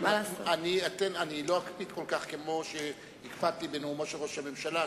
אני לא אקפיד כל כך כמו שהקפדתי בנאומו של ראש הממשלה,